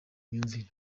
imyumvire